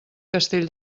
castell